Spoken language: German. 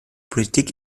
politik